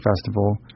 Festival